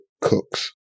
cooks